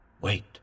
Wait